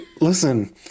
listen